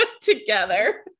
together